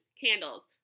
candles